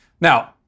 Now